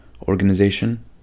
organization